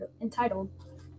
entitled